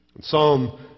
Psalm